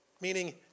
meaning